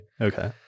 Okay